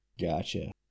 Gotcha